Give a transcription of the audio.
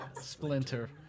Splinter